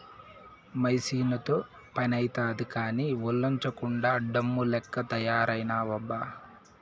మెసీనుతో పనైతాది కానీ, ఒల్లోంచకుండా డమ్ము లెక్క తయారైతివబ్బా